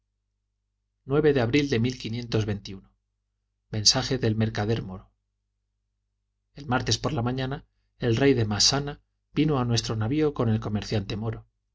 de abril de mensaje del mercader moro el martes por la mañana el rey de massana vino a nuestro navio con el comerciante moro